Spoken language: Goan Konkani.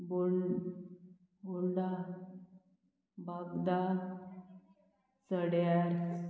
बोंड बोंडा बागदां सड्यार